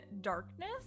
darkness